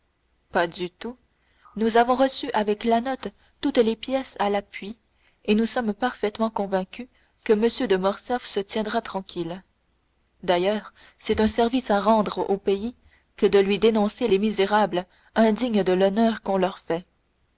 pas du tout nous avons reçu avec la note toutes les pièces à l'appui et nous sommes parfaitement convaincus que m de morcerf se tiendra tranquille d'ailleurs c'est un service à rendre au pays que de lui dénoncer les misérables indignes de l'honneur qu'on leur fait